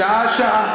שעה-שעה,